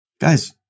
guys